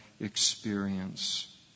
experience